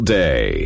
day